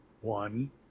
one